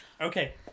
Okay